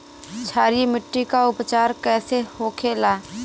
क्षारीय मिट्टी का उपचार कैसे होखे ला?